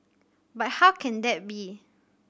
but how can that be